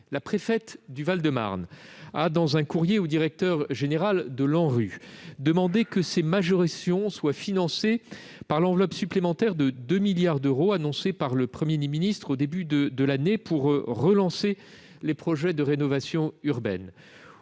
La préfète du Val-de-Marne a, dans un courrier au directeur général de l'ANRU, demandé que ces majorations soient financées par l'enveloppe supplémentaire de 2 milliards d'euros annoncée par le Premier ministre au début de l'année pour relancer les projets de rénovation urbaine.